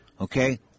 okay